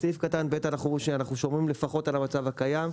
בסעיף קטן (ב) אנחנו אומרים שאנחנו שומרים לפחות על המצב הקיים,